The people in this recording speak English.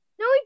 No